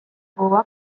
gogoak